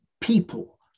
people